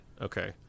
Okay